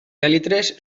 èlitres